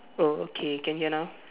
oh okay can hear now